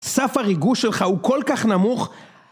סף הריגוש שלך הוא כל כך נמוך.